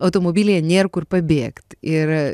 automobilyje nėr kur pabėgt ir